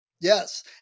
yes